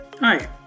Hi